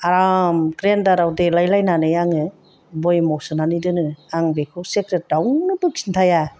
आराम ग्राइन्दारआव देलायलायनानै आङो भयेमाव सोनानै दोनो आं बेखौ सिक्रेट रावनोबो खिन्थाया